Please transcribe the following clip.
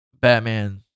Batman